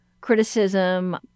criticism